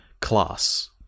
class